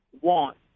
want